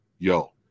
yo